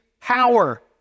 power